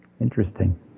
Interesting